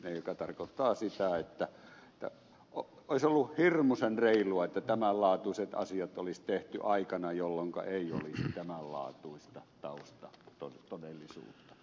tämä tarkoittaa sitä että olisi ollut hirmuisen reilua että tämän laatuiset asiat olisi tehty aikana jolloinka ei olisi tämän laatuista taustatodellisuutta